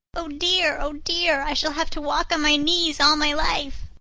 oh, dear! oh, dear! i shall have to walk on my knees all my life.